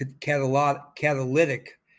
catalytic